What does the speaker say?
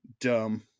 dumb